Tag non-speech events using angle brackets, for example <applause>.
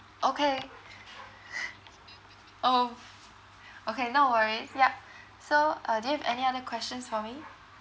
okay <laughs> oh okay no worries yup so uh do you have any other questions for me